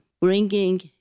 bringing